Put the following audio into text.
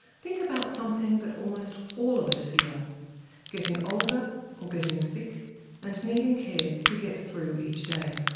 think about something that almost all of us fear getting older or getting sick and needing care to get through each day.